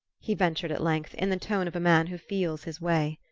he ventured at length, in the tone of a man who feels his way.